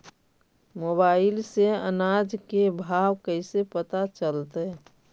Mobile से अनाज के भाव कैसे पता चलतै?